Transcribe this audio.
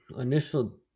initial